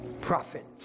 Prophet